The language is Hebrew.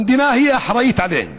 המדינה אחראית להן,